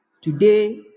today